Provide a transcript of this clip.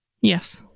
Yes